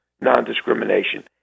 non-discrimination